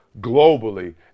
globally